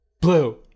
Blue